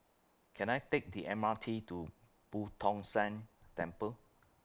Can I Take The M R T to Boo Tong San Temple